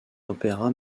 opéra